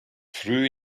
früh